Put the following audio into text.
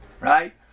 Right